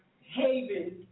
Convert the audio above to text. haven